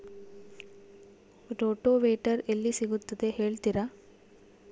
Rotavator ಎಲ್ಲಿ ಸಿಗುತ್ತದೆ ಹೇಳ್ತೇರಾ?